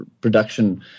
production